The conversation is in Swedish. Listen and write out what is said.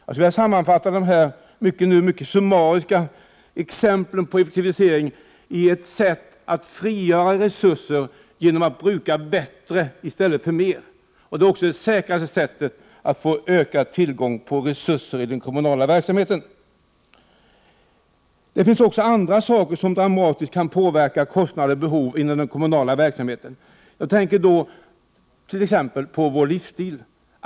Jag vill sammanfatta dessa mycket summariska exempel på effektivisering som ett sätt att frigöra resurser genom att bruka bättre i stället för mer. Detta är det säkraste sättet att få ökad tillgång på nya resurser i den kommunala verksamheten. Det finns också andra saker som dramatiskt kan påverka kostnader och behov inom den kommunala verksamheten. Jag tänker då t.ex. på vår livsstil.